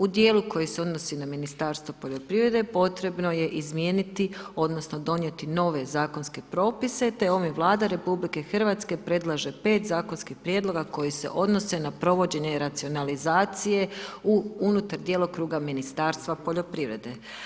U dijelu koji se odnosi na Ministarstvo poljoprivrede potrebno je izmijeniti, odnosno donijeti nove zakonske propise te ovim Vlada RH predlaže 5 zakonskih prijedloga koji se odnose na provođenje i racionalizacije unutar djelokruga Ministarstva poljoprivrede.